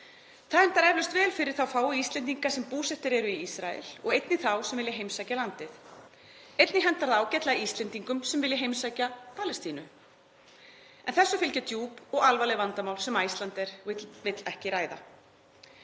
Það hentar eflaust vel fyrir þá fáu Íslendinga sem búsettir eru í Ísrael og einnig þá sem vilja heimsækja landið. Einnig hentar það ágætlega Íslendingum sem vilja heimsækja Palestínu. En þessu fylgja djúp og alvarleg vandamál sem Icelandair vill ekki ræða.“